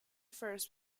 first